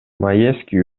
маевский